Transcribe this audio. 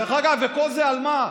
דרך אגב, וכל זה על מה?